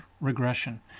regression